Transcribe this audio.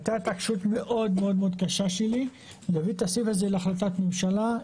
הייתה התעקשות מאוד מאוד קשה שלי להביא את הסעיף הזה להחלטת ממשלה.